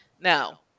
Now